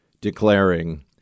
declaring